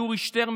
יורי שטרן,